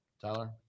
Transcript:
Tyler